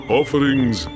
offerings